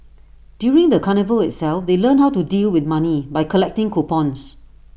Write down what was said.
during the carnival itself they learnt how to deal with money by collecting coupons